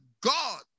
God